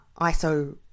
ISO